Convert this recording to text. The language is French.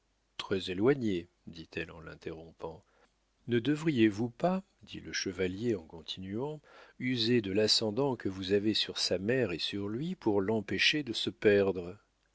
très éloignés dit-elle en l'interrompant ne devriez-vous pas dit le chevalier en continuant user de l'ascendant que vous avez sur sa mère et sur lui pour l'empêcher de se perdre